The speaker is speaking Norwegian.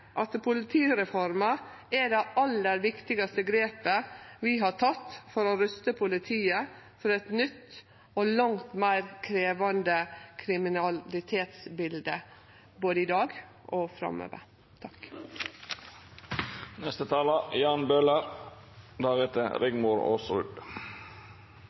at politireforma er det aller viktigaste grepet vi har teke for å ruste politiet for eit nytt og langt meir krevjande kriminalitetsbilde, både i dag og framover.